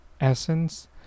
essence